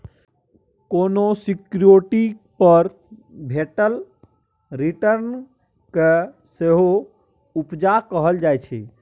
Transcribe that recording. कोनो सिक्युरिटी पर भेटल रिटर्न केँ सेहो उपजा कहल जाइ छै